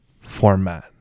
format